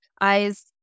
eyes